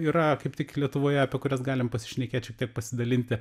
yra kaip tik lietuvoje apie kurias galim pasišnekėt šiek tiek pasidalinti